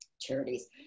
charities